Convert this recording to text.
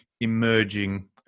emerging